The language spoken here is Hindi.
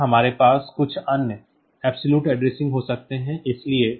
इसी तरह हमारे पास कुछ अन्य absolute addressing हो सकते हैं